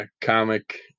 comic